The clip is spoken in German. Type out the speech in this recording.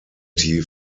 die